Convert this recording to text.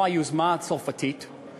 כמו היוזמה הצרפתית,